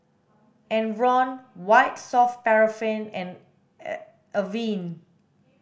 Enervon White soft paraffin and Avene